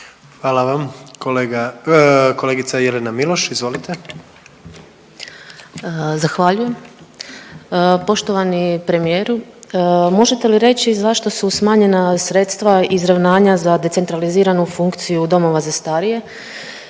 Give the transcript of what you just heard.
Hvala vam. Kolegica Jelena Miloš, izvolite. **Miloš, Jelena (Možemo!)** Zahvaljujem. Poštovani premijeru možete li reći zašto su smanjena sredstva izravnanja za decentraliziranu funkciju domova za starije.